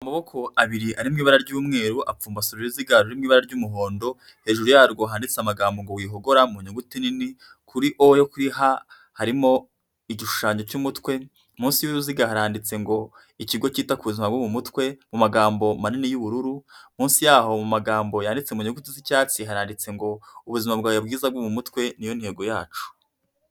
Amaboko abiri ari mu ibara ry'umweru apfumbase uruziga ruri mu ibara ry'umuhondo. Hejuru yarwo handitse amagambo ngo wihogora mu nyuguti nini. Kuri o yo kuri ha harimo igishushanyo cy'umutwe. Munsi y'uruziga haranditse ngo ikigo cyita ku buzima bwo mu mutwe mu magambo manini y'ubururu. Munsi yaho mu magambo yanditse mu nyuguti z'icyatsi haranditse ngo ubuzima bwawe bwiza bwo mu mutwe niyo ntego yacu.